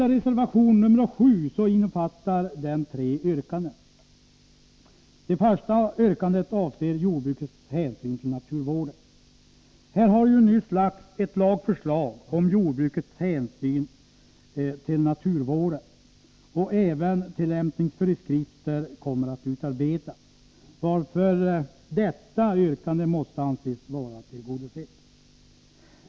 Reservation 7 innefattar tre yrkanden. Det första yrkandet avser jordbrukets hänsyn till naturvården. Här har nyss lagts fram ett lagförslag om jordbrukets hänsyn till naturvården, och tillämpningsföreskrifter kommer också att utarbetas, varför detta yrkande måste anses vara tillgodosett.